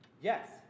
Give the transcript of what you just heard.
Yes